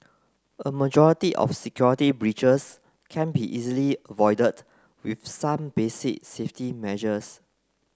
a majority of security breaches can be easily avoided with some basic safety measures